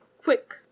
quick